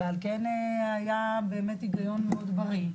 ועל כן היה באמת היגיון מאוד בריא,